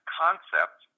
concept